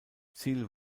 ziel